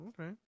okay